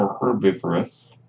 herbivorous